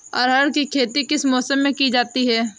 अरहर की खेती किस मौसम में की जाती है?